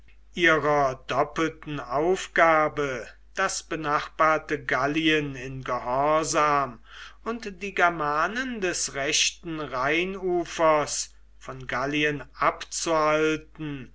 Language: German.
ihrer doppelten aufgabe das benachbarte gallien in gehorsam und die germanen des rechten rheinufers von gallien abzuhalten